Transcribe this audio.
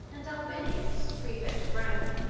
and albinus, praefect of rome,